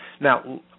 Now